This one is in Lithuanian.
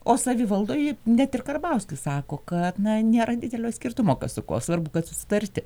o savivaldoj net ir karbauskis sako kad na nėra didelio skirtumo kas su kuo svarbu kad susitarti